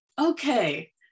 okay